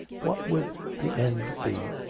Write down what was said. what would the end be?